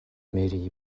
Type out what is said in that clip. мэри